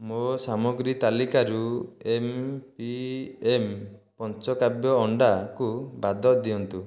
ମୋ ସାମଗ୍ରୀ ତାଲିକାରୁ ଏମ୍ ପି ଏମ୍ ପଞ୍ଚକାବ୍ୟ ଅଣ୍ଡାକୁ ବାଦ ଦିଅନ୍ତୁ